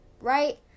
right